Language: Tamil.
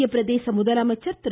மத்திய பிரதேச முதலமைச்சர் திரு